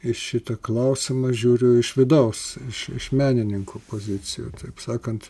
į šitą klausimą žiūriu iš vidaus iš iš menininko pozicijų taip sakant